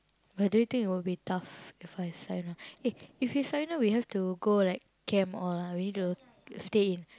but do you think it will be tough if I sign on eh if you sign on we have to go like camp all ah we need to stay in